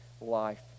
life